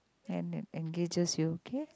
and and engages you okay